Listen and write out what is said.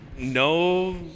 No